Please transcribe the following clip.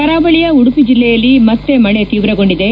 ಕರಾವಳಿಯ ಉಡುಪಿ ಜಿಲ್ಲೆಯಲ್ಲಿ ಮತ್ತೆ ಮಳೆ ತೀವ್ರಗೊಂಡಿದೆ